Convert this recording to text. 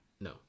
No